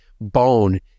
bone